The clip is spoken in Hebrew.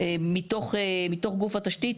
מתוך גוף התשתית,